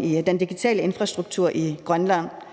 den digitale infrastruktur i Arktis.